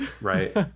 Right